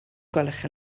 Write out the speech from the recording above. gwelwch